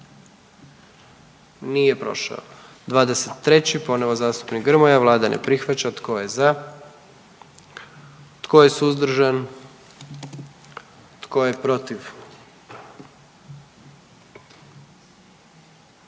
dio zakona. 44. Kluba zastupnika SDP-a, vlada ne prihvaća. Tko je za? Tko je suzdržan? Tko je protiv?